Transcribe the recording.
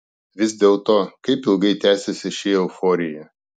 vis dėlto kaip ilgai tęsiasi ši euforija